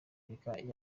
repubulika